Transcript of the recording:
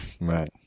Right